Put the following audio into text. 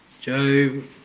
Job